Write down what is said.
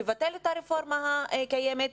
מבטל את הרפורמה הקיימת,